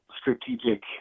strategic